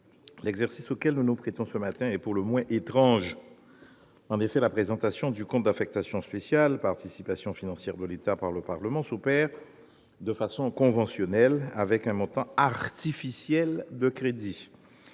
l'exercice auquel nous nous prêtons en ce début d'après-midi est pour le moins étrange. En effet, la présentation du compte d'affectation spéciale « Participations financières de l'État » s'opère de façon conventionnelle, avec un montant artificiel de crédits.